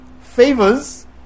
favors